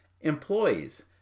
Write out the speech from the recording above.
Employees